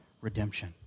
redemption